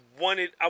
wanted